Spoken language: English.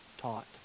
taught